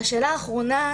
בשאלה האחרונה,